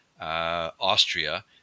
Austria